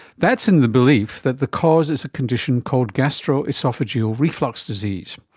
that's in the belief that the cause is a condition called gastroesophageal reflux disease.